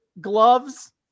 gloves